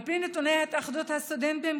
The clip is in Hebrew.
על פי נתוני התאחדויות הסטודנטים,